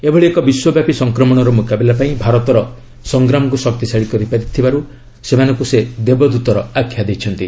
ଏଭଳି ଏକ ବିଶ୍ୱବ୍ୟାପୀ ସଂକ୍ରମଣର ମୁକାବିଲା ପାଇଁ ଭାରତର ସଂଗ୍ରାମକୁ ଶକ୍ତିଶାଳୀ କରିଥିବାରୁ ସେମାନଙ୍କୁ ସେ ଦେବଦ୍ ତର ଆଖ୍ୟା ଦେଇଛନ୍ତି